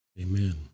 Amen